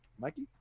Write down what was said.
mikey